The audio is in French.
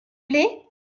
plait